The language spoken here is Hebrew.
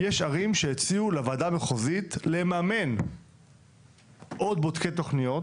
יש ערים שהציעו לוועדה המחוזית לממן עוד בודקי תוכניות,